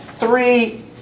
three